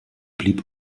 blieb